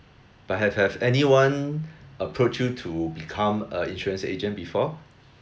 but have have anyone approach you to become a insurance agent before